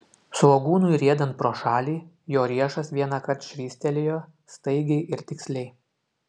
svogūnui riedant pro šalį jo riešas vienąkart švystelėjo staigiai ir tiksliai